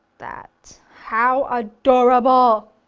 that. how adorable!